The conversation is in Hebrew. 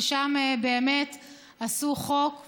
ששם באמת עשו חוק,